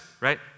right